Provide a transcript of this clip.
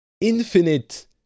infinite